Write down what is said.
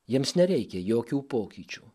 jiems nereikia jokių pokyčių